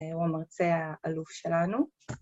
הוא המרצה האלוף שלנו.